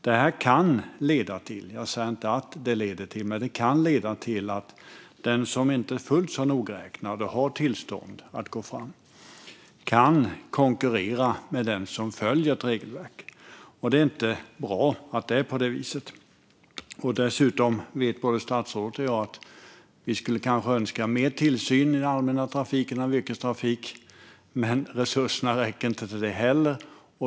Det här kan leda till - men jag säger inte att det gör det - att den som inte är fullt så nogräknad och inte har tillstånd att gå fram kan konkurrera med den som följer ett regelverk. Det är inte bra att det är på det viset. Dessutom vet både statsrådet och jag att vi skulle önska mer tillsyn i den allmänna trafiken av yrkestrafiken men att resurserna inte räcker till det heller.